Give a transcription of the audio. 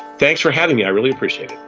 thanks for having me. i really appreciate